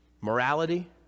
morality